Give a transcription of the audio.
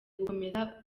gukomeza